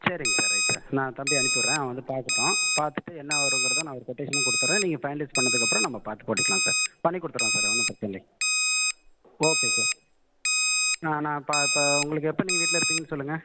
சரிங்க sir right sir நான் தம்பியை அனுப்பி விட்றேன் அவன் வந்து பார்க்கட்டும் பார்த்துட்டு என்ன வருங்கிறதை நான் ஒரு கொட்டேஷனையும் கொடுத்துட்றேன் நீங்கள் ஃபைனலிஸ்ட் பண்ணதுக்கப்பறம் நம்ம பார்த்து போட்டுக்கலாம் சார் பண்ணி கொடுத்துட்றேன் சார் ஒன்றும் பிரச்சனை இல்லைங்க ஓகே சார் நான் நான் பா இப்போ உங்களுக்கு எப்போ நீங்கள் வீட்டில் இருப்பிங்கனு சொல்லுங்கள்